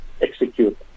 execute